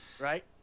Right